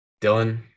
Dylan